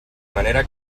manera